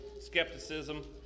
skepticism